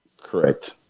correct